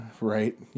Right